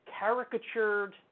caricatured